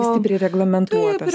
stipriai reglamentuotas